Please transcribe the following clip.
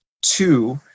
Two